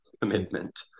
commitment